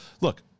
Look